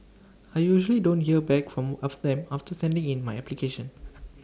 I usually don't hear back from them after sending in my application